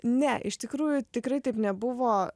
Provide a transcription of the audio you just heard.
ne iš tikrųjų tikrai taip nebuvo